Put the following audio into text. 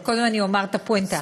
אבל קודם אני אומר את הפואנטה.